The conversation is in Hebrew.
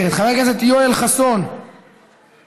מוותרת, חבר הכנסת יואל חסון, מוותר.